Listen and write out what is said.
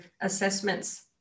assessments